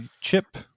chip